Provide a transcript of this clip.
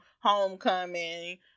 homecoming